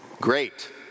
great